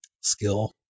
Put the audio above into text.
skill